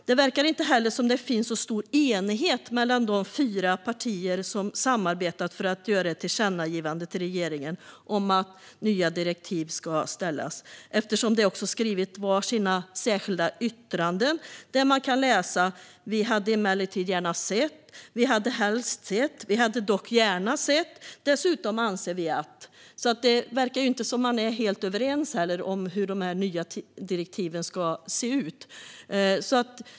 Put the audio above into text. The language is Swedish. Det verkar inte heller som om det finns så stor enighet mellan de fyra partier som har samarbetat för att göra ett tillkännagivande till regeringen om nya direktiv, eftersom de har skrivit var sitt särskilt yttrande där man kan läsa: Vi hade emellertid gärna sett . Vi hade helst sett . Vi hade dock gärna sett . Dessutom anser vi att . Det verkar alltså inte som om de fyra partierna är helt överens om hur dessa nya direktiv ska se ut.